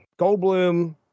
Goldblum